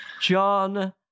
John